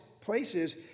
places